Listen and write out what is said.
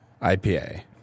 IPA